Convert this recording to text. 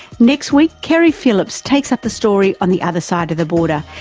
next week keri philips takes up the story on the other side of the border,